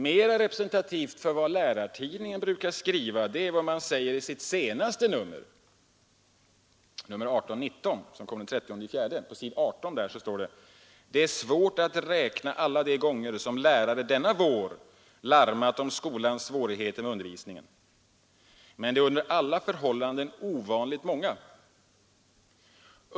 Mera representativt för vad Lärartidningen brukar skriva är vad som framhålls i det senaste numret, nr 18—19 av den 30 april, där det på s. 18 heter: ”Det är svårt att räkna alla de gånger som lärare denna vår larmat om skolans svårigheter med undervisningen, men det är under alla förhållanden ovanligt många.